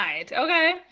okay